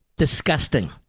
Disgusting